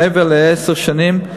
מעבר לעשר שנים,